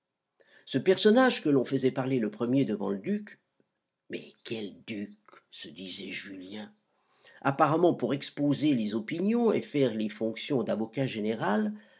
ce personnage que l'on faisait parler le premier devant le duc mais quel duc se disait julien apparemment pour exposer les opinions et faire les fonctions d'avocat général